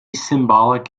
symbolic